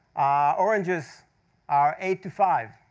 oranges are eight five,